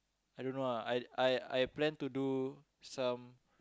I don't know ah I I I plan to do some